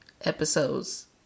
episodes